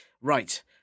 Right